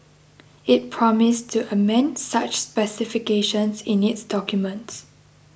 it promised to amend such specifications in its documents